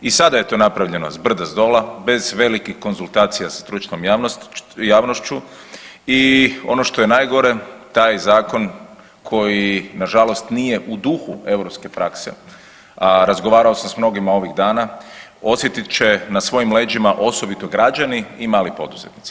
I sada je to napravljeno s brda, s dola, bez velikih konzultacija sa stručnom javnošću i ono što je najgore taj zakon koji nažalost nije u duhu europske prakse, a razgovarao sam s mnogima ovih dana osjetit će na svojim leđima osobito građani i mali poduzetnici.